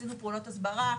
עשינו פעולות הסברה,